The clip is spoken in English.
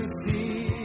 see